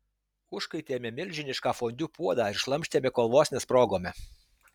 užkaitėme milžinišką fondiu puodą ir šlamštėme kol vos nesprogome